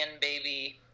baby